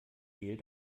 hehl